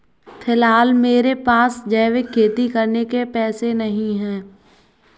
फिलहाल मेरे पास जैविक खेती करने के पैसे नहीं हैं